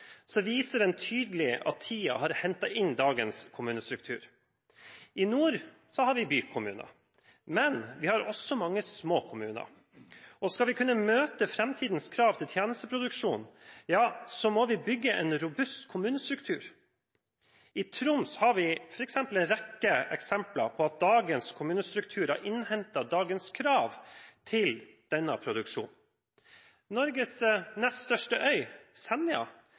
viser den tydelig at tiden har innhentet dagens kommunestruktur. I nord har vi bykommuner, men vi har også mange små kommuner. Skal vi kunne møte framtidens krav til tjenesteproduksjon, må vi bygge en robust kommunestruktur. I Troms har vi en rekke eksempler på at dagens kommunestruktur har innhentet dagens krav til denne produksjonen. Norges nest største øy, Senja,